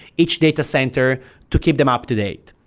each data center to keep them up-to-date.